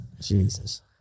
jesus